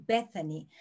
Bethany